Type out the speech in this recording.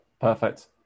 perfect